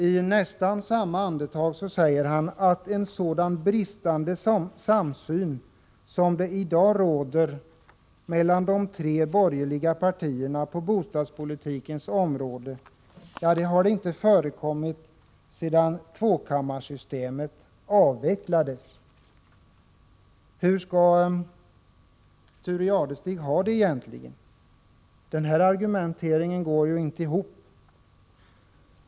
I nästan samma andetag säger han å andra sidan att det inte sedan tvåkammarsystemet avvecklades har förekommit en sådan bristande samsyn som den som i dag råder mellan de tre borgerliga partierna på bostadspolitikens område. Hur skall Thure Jadestig ha det egentligen? Den här argumenteringen går ju inte ihop.